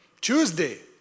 Tuesday